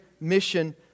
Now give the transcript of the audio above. mission